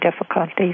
difficulties